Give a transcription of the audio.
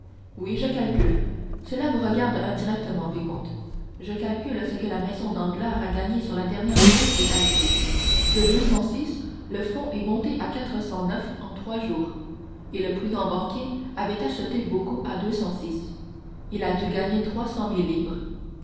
oui je calcule cela vous regarde indirectement vicomte je calcule ce que la maison danglars a gagné sur la dernière hausse d'haïti de deux cent six le fonds est monté à quatre cent neuf en trois jours et le prudent banquier avait acheté beaucoup à deux cent six il a dû gagner trois cent mille livres